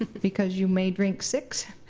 ah because you may drink six.